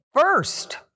first